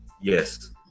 Yes